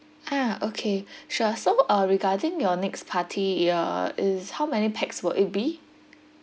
ah okay sure so uh regarding your next party your is how many pax will it be